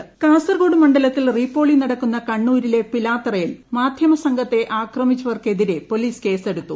re polling Kasaragod മണ്ഡലത്തിൽ re polling നടക്കുന്ന കണ്ണൂരിലെ പിലാത്തറയിൽ മാധ്യമസംഘത്തെ ആക്രമിച്ചവർക്ക് എതിരെ പൊ ലീസ് കേസെടുത്തു